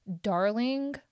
Darling